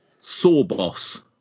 Sawboss